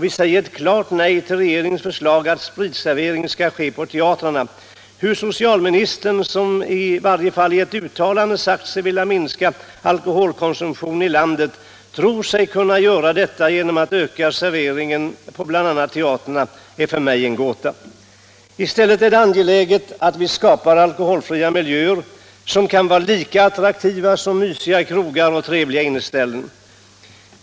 Vi säger klart nej till regeringens förslag att spritservering skall ske på teatrarna. Hur socialministern, som i varje fall sagt sig vilja minska alkoholkonsumtionen i landet, tror sig kunna göra detta genom att öka serveringsmöjligheterna på bl.a. teatrarna är för mig en gåta. I stället är det angeläget att vi skapar alkoholfria miljöer som kan vara lika attraktiva som mysiga krogar och trevliga inneställen.